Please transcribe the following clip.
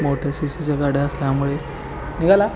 मोठ्या सि सीच्या गाड्या असल्यामुळे निघाला